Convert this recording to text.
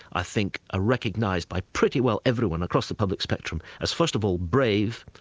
i think are recognised by pretty well everyone across the public spectrum, as first of all brave,